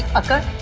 a